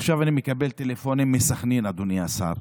עכשיו אני מקבל טלפונים מסח'נין, אדוני השר,